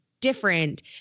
different